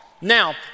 Now